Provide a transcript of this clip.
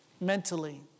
mentally